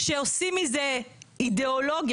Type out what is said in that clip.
שעושים מזה אידיאולוגיה,